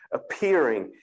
appearing